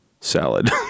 Salad